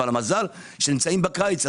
והמזל שנמצאים בקיץ,